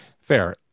Fair